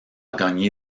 gagné